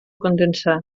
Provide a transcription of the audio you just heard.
condensar